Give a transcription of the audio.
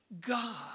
God